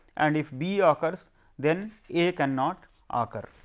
and if b ah occurs then a cannot ah occur.